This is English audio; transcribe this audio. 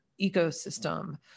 ecosystem